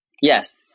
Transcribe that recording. Yes